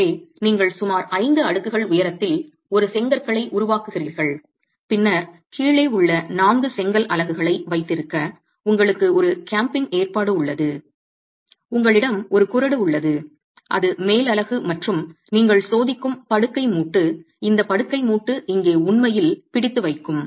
எனவே நீங்கள் சுமார் 5 அடுக்குகள் உயரத்தில் ஒரு செங்கற்களை உருவாக்குகிறீர்கள் பின்னர் கீழே உள்ள 4 செங்கல் அலகுகளை வைத்திருக்க உங்களுக்கு ஒரு கேம்பிங் ஏற்பாடு உள்ளது உங்களிடம் ஒரு குறடு உள்ளது அது மேல் அலகு மற்றும் நீங்கள் சோதிக்கும் படுக்கை மூட்டு இந்த படுக்கை மூட்டு இங்கே உண்மையில் பிடித்து வைக்கும்